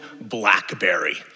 BlackBerry